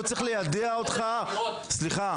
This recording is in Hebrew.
הוא צריך ליידע אותך --- נכון,